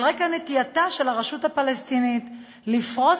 על רקע נטייתה של הרשות הפלסטינית לפרוס